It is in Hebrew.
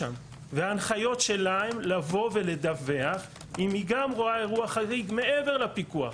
ההנחיות שלה הן לבוא ולדווח אם היא גם רואה אירוע חריג מעבר לפיקוח,